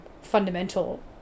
fundamental